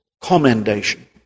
commendation